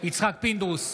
יצחק פינדרוס,